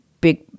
big